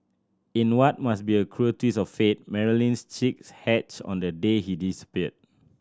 in what must be a cruel twist of fate Marilyn's chicks hatched on the day he disappeared